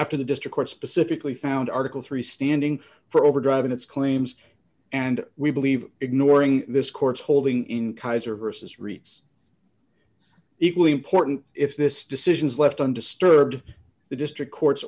after the district court specifically found article three standing for over driving its claims and we believe ignoring this court's holding in keizer versus reads equally important if this decisions left undisturbed the district court